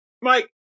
Mike